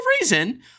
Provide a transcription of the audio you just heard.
reason